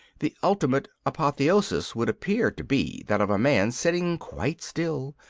the ultimate apotheosis would appear to be that of a man sitting quite still,